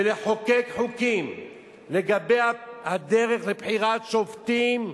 ולחוקק חוקים לגבי הדרך לבחירת שופטים.